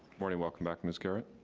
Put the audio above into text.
morning, welcome back, miss garrett.